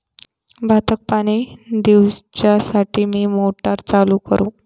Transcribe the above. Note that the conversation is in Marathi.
भाताक पाणी दिवच्यासाठी मी मोटर चालू करू?